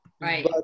Right